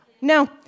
No